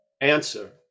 answer